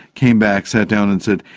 came back, sat down and said,